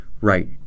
Right